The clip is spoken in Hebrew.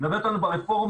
הוא מלווה אותנו ברפורמה,